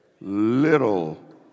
little